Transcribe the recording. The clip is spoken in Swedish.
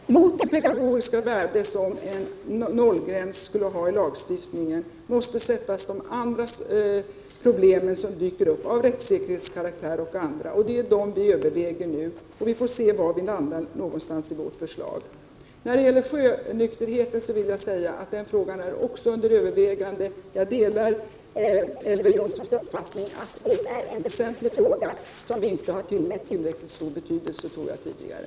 Mot det pedagogiska värde som en nollgräns skulle ha måste sättas de problem av rättssäkerhetskaraktär som dyker upp. Det är dessa vi nu överväger, och vi får se var vi hamnar i vårt förslag. När det gäller sjönykterhet vill jag säga att även den frågan är under övervägande. Jag delar Elver Jonssons uppfattning att det är en väsentlig fråga, som vi inte har tillmätt tillräckligt stor betydelse tidigare.